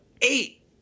eight